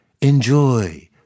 Enjoy